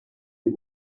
you